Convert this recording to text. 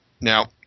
Now